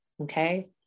Okay